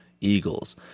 Eagles